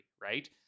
right